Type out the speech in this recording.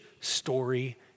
story